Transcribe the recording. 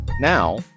now